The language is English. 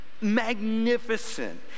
magnificent